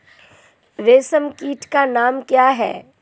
रेशम कीट का नाम क्या है?